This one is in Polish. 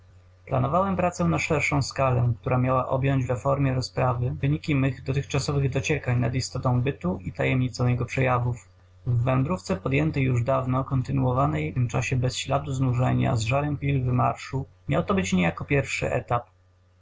planowałem pracę na szerszą skalę która miała objąć we formie rozprawy wyniki mych dotychczasowych dociekań nad istotą bytu i tajemnicą jego przejawów w wędrówce podjętej już dawno kontynuowanej w tym czasie bez śladu znużenia z żarem chwil wymarszu miał to być niejako pierwszy etap